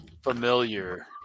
familiar